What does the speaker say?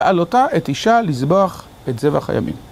בעלותה את אישה לזבוח את זבח הימים